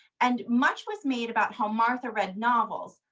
and much was made about how martha read novels.